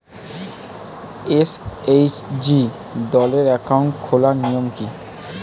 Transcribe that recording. SHG দলের account খোলার নিয়ম কী?